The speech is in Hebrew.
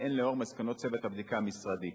והן לאור מסקנות צוות הבדיקה המשרדי.